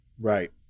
Right